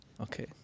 okay